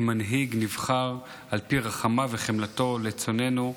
כי מנהיג נבחר על פי רחמיו וחמלתו לצאנו,